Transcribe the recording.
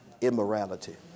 immorality